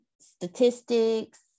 statistics